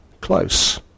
close